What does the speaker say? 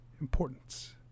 importance